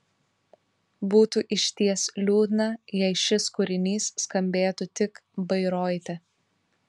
būtų išties liūdna jei šis kūrinys skambėtų tik bairoite